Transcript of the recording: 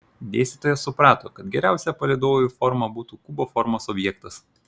dėstytojas suprato kad geriausia palydovui forma būtų kubo formos objektas